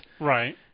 Right